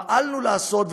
פעלנו לעשות,